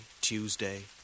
Tuesday